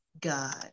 God